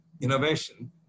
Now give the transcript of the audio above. innovation